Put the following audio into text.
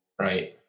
Right